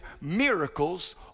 miracles